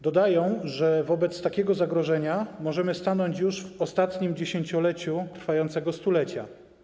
Dodają, że wobec takiego zagrożenia możemy stanąć już w ostatnim dziesięcioleciu trwającego stulecia.